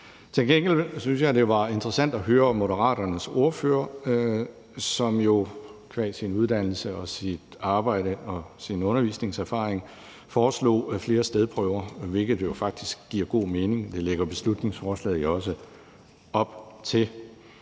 Til gengæld synes jeg, det var interessant at høre Moderaternes ordfører, som qua sin uddannelse, sit arbejde og sin undervisningserfaring foreslog flere stedprøver, hvilket faktisk giver god mening. Det lægger beslutningsforslaget også op til.